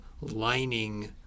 lining